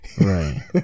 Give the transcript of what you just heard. Right